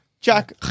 Jack